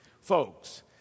Folks